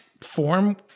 form